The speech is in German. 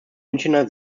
münchner